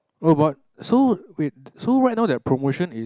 oh but so wait so right now their promotion is